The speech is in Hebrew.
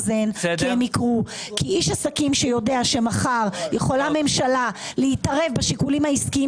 יקרו כי איש עסקים שיודע שמחר יכולה ממשלה להתערב בשיקוליו העסקיים